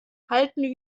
halten